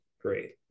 great